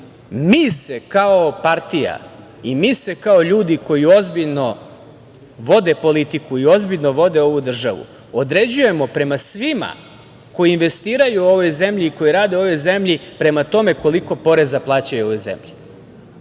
Mi se kao partija i mi se kao ljudi koji ozbiljno vode politiku i ozbiljno vode ovu državu, određujemo prema svima koji investiraju u ovoj zemlji, koji rade u ovoj zemlji prema tome koliko poreza plaćaju ovoj zemlji,